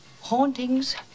Hauntings